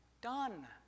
Done